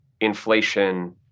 inflation